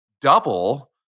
double